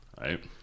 right